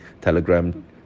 Telegram